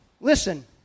Listen